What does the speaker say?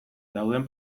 dauden